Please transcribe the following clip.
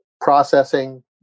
processing